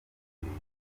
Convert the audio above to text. nk’ibi